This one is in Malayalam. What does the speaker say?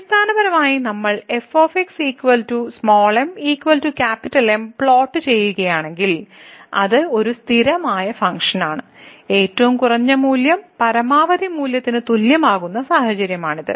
അടിസ്ഥാനപരമായി നമ്മൾ f m M പ്ലോട്ട് ചെയ്യുകയാണെങ്കിൽ അത് ഒരു സ്ഥിരമായ ഫങ്ക്ഷനാണ് ഏറ്റവും കുറഞ്ഞ മൂല്യം പരമാവധി മൂല്യത്തിന് തുല്യമാകുന്ന സാഹചര്യമാണിത്